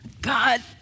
God